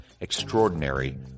Extraordinary